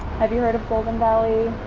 have you heard of golden valley?